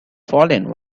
fallen